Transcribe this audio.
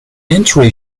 entry